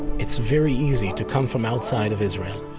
it's very easy to come from outside of israel,